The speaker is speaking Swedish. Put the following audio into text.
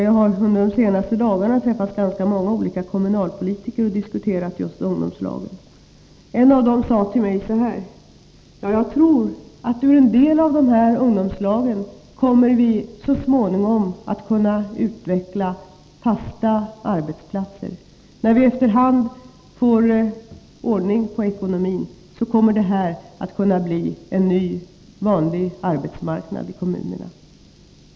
Jag har under de senaste dagarna träffat ganska många kommunalpolitiker och diskuterat just ungdomslagen. En av dem sade så här till mig: Jag tror att ur en del av ungdomslagen kommer vi så småningom att kunna utveckla fasta arbetsplatser. När vi efter hand får ordning på ekonomin, kommer det här att kunna bli en ny, vanlig arbetsmarknad i kommunerna.